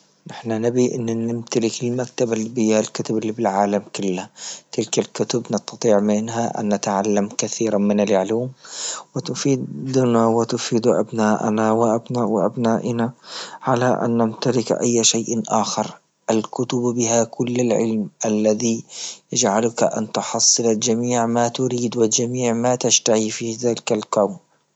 نحنا نبي أن نمتلك المكتب اللي بيها الكتب اللي بالعالم كله، تلك الرتكب نستطيع منها ان نتعلم كثيرا من العلوم، وتفيدنا وتفيد أبنائنا وأبناء أبنائنا على ان نمتلك أي شيء أخر، الكتب بها كل العلم الذي جعلت ان تحصل الجميع ما تريد وجميع ما تشتهي في ذلك القبو.